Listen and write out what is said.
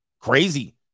Crazy